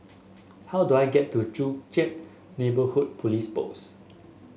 how do I get to Joo Chiat Neighbourhood Police Post